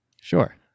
Sure